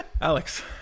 alex